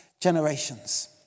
generations